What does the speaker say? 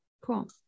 Cool